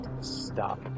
stop